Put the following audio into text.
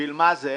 בשביל מה זה?